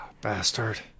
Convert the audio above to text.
Bastard